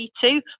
two